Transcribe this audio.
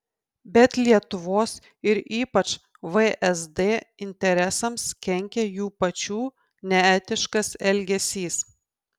bet lietuvos ir ypač vsd interesams kenkia jų pačių neetiškas elgesys